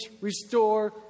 restore